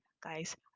guys